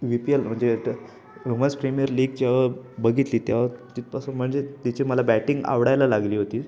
we P L म्हणजे women's premier league जेव्हा बघितली तेव्हा तिथपासून म्हणजे तिची मला बॅटिंग आवडायला लागली होती